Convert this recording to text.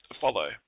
follow